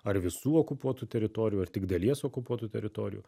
ar visų okupuotų teritorijų ar tik dalies okupuotų teritorijų